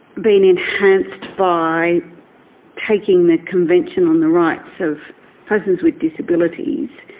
been enhanced by taking the convention on the rights of persons with disabilities,